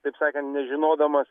taip sakant nežinodamas